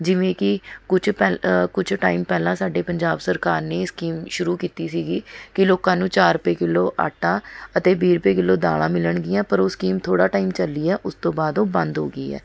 ਜਿਵੇਂ ਕਿ ਕੁਛ ਪਹਿਲਾਂ ਕੁਛ ਟਾਈਮ ਪਹਿਲਾਂ ਸਾਡੀ ਪੰਜਾਬ ਸਰਕਾਰ ਨੇ ਇਹ ਸਕੀਮ ਸ਼ੁਰੂ ਕੀਤੀ ਸੀ ਕਿ ਲੋਕਾਂ ਨੂੰ ਚਾਰ ਰੁਪਏ ਕਿਲੋ ਆਟਾ ਅਤੇ ਵੀਹ ਰੁਪਏ ਕਿਲੋ ਦਾਲਾਂ ਮਿਲਣਗੀਆਂ ਪਰ ਉਹ ਸਕੀਮ ਥੋੜ੍ਹਾ ਟਾਈਮ ਚੱਲੀ ਹੈ ਉਸ ਤੋਂ ਬਾਅਦ ਉਹ ਬੰਦ ਹੋ ਗਈ ਹੈ